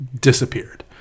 disappeared